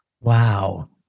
Wow